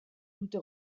dute